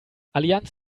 allianz